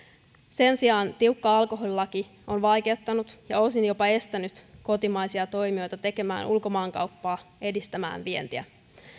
sen sijaan tiukka alkoholilaki on vaikeuttanut ja osin jopa estänyt kotimaisia toimijoita tekemästä ulkomaankauppaa edistämään vientiä